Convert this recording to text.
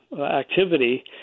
activity